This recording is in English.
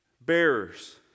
bearers